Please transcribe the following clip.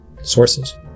sources